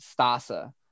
stasa